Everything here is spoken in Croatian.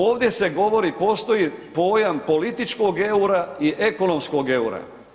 Ovdje se govori, postoji pojam političkog eura i ekonomskog eura.